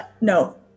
No